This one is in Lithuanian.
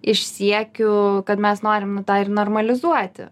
iš siekių kad mes norim tą ir normalizuoti